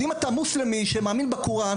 אז אם אתה מוסלמי שמאמין בקוראן,